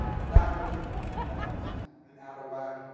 and that was imbalanced and out of whack,